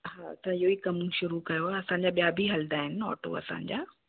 हा त इहो ई कम शुरू कयो आहे असांजा ॿिया बि हलंदा आहिनि ऑटो असांजा